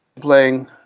playing